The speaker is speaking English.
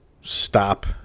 stop